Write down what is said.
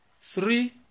three